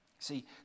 See